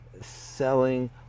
selling